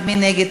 מי נגד?